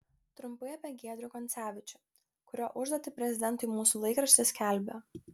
trumpai apie giedrių koncevičių kurio užduotį prezidentui mūsų laikraštis skelbia